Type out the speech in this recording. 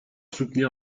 soutenir